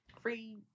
free